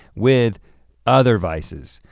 with other vices.